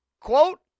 quote